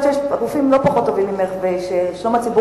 שיש רופאים לא פחות טובים ממך ששלום הציבור